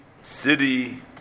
city